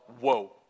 Whoa